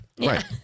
Right